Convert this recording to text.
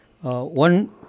one